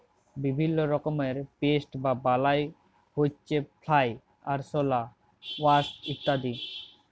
বিভিল্য রকমের পেস্ট বা বালাই হউচ্ছে ফ্লাই, আরশলা, ওয়াস্প ইত্যাদি